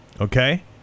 okay